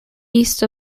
east